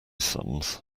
sums